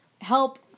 help